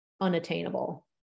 unattainable